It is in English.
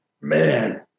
man